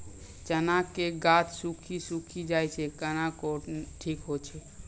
चना के गाछ सुखी सुखी जाए छै कहना को ना ठीक हो छै?